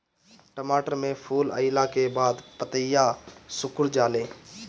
टमाटर में फूल अईला के बाद पतईया सुकुर जाले?